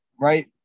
right